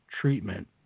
treatment